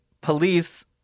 police